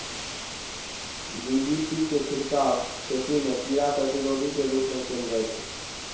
DDT के छिड़काव खेती मे कीड़ा प्रतिरोधी के रूप मे कैल जाइ छै